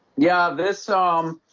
yeah this um